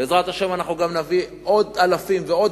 בעזרת השם אנחנו גם נביא עוד אלפים ועוד